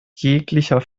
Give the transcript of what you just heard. jeglicher